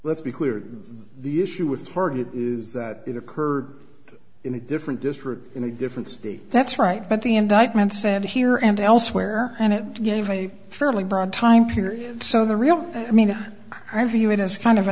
let's be clear the issue with target is that it occurred in a different district in a different state that's right but the indictment said here and elsewhere and it gave a fairly broad time period so the real i mean i view it as kind of a